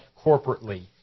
corporately